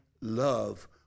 love